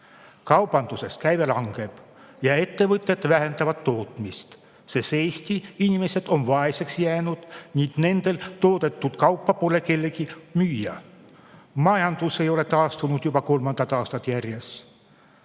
Kaubanduses käive langeb ja ettevõtted vähendavad tootmist, sest Eesti inimesed on vaeseks jäänud ning nende toodetud kaupa pole kellelegi müüa. Majandus ei ole taastunud juba kolmandat aastat järjest.